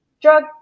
drug